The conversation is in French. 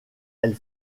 elle